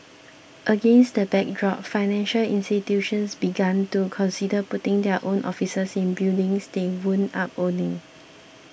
against that backdrop financial institutions began to consider putting their own offices in buildings they wound up owning